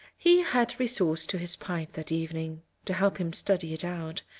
he had recourse to his pipe that evening to help him study it out,